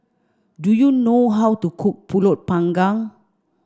do you know how to cook Pulut panggang